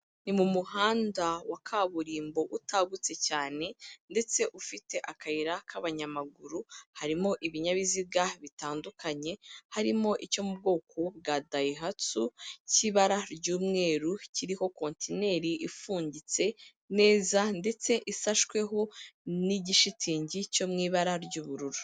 Ni mu muhanda wa kaburimbo utagutse cyane ndetse ufite akayira k'abanyamaguru, harimo ibinyabiziga bitandukanye, harimo icyo mu bwoko bwa dayihatsu cy'ibara ry'umweru, kiriho kontineri ifungitse neza ndetse isashweho n'igishitingi cyo mu ibara ry'ubururu.